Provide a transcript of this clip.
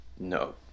No